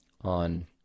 on